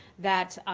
that